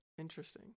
Interesting